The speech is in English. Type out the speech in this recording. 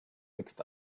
mixed